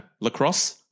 lacrosse